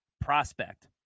prospect